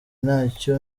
nacyo